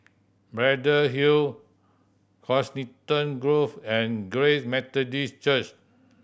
Braddell Hill Coniston Grove and Grace Methodist Church